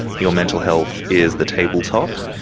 your mental health is the tabletop,